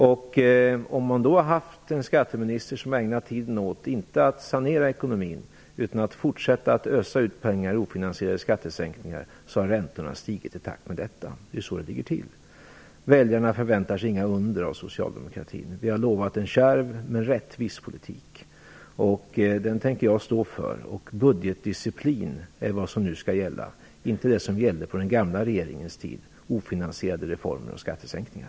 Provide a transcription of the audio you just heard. Eftersom vi har haft en skatteminister som inte ägnat sig åt att sanera ekonomin utan åt att fortsätta att ösa ut pengar i ofinansierade skattesänkningar har räntorna stigit i takt med detta. Det är så det ligger till. Väljarna förväntar sig inga under av socialdemokratin. Vi har lovat en kärv men rättvis politik. Jag tänker stå för den. Nu är det budgetdisciplin som skall gälla och inte det som gällde på den gamla regeringens tid, nämligen ofinansierade reformer och skattesänkningar.